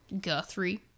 guthrie